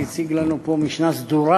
שהציג לנו פה משנה סדורה